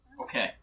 Okay